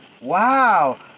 wow